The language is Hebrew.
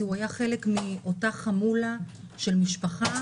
כי הוא היה חלק מאותה חמולה של משפחה